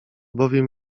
bowiem